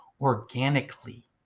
organically